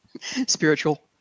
spiritual